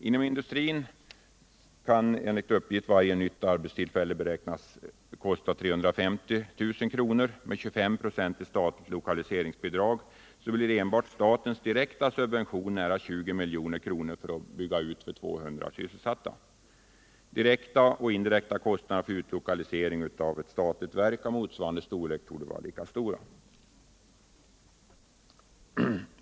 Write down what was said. Inom industrin kan enligt uppgift varje nytt arbetstillfälle beräknas kosta 350 000 kr. Med 25 96 i statligt lokaliseringsbidrag blir enbart statens direkta subvention nära 20 milj.kr. vid utbyggnad för 200 sysselsatta. Direkta och indirekta kostnader för utlokalisering av ett statligt verk av motsvarande storlek torde vara lika stora.